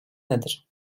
nedir